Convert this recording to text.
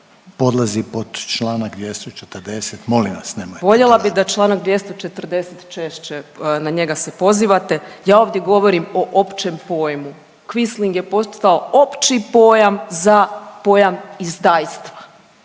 podlazi pod čl. 240. molim vas nemojte to raditi./… Voljela bi da čl. 240 češće, na njega se pozivate. Ja ovdje govorim o općem pojmu. Quisling je postao opći pojam za pojam izdajstva.